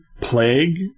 plague